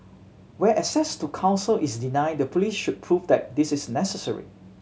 where access to counsel is denied the police should prove that this is necessary